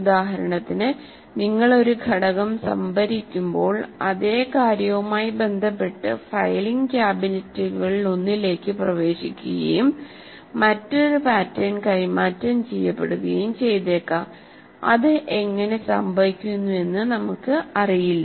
ഉദാഹരണത്തിന് നിങ്ങൾ ഒരു ഘടകം സംഭരിക്കുമ്പോൾ അതേ കാര്യവുമായി ബന്ധപ്പെട്ട് ഫയലിംഗ് കാബിനറ്റുകളിലൊന്നിലേക്ക് പ്രവേശിക്കുകയും മറ്റൊരു പാറ്റേൺ കൈമാറ്റം ചെയ്യപ്പെടുകയും ചെയ്തേക്കാം അത് എങ്ങനെ സംഭവിക്കുന്നുവെന്ന് നമുക്ക് അറിയില്ല